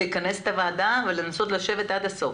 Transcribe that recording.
הוא לכנס את הוועדה ולנסות לדון עד הסוף.